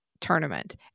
tournament